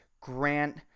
Grant